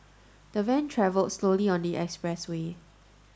the van travelled slowly on the expressway